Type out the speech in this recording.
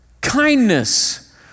kindness